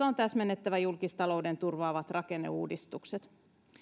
on täsmennettävä julkistalouden turvaavat rakenneuudistukset lausuma